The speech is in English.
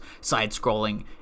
side-scrolling